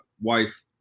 wife